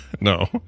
No